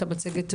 את המצגת תשאירו.